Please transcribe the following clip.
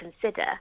consider